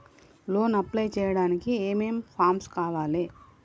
Loan apply చేయడానికి ఏం ఏం ఫామ్స్ కావాలే?